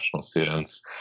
students